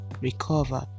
recover